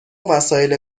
وسایل